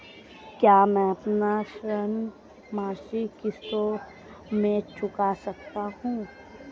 क्या मैं अपना ऋण मासिक किश्तों में चुका सकता हूँ?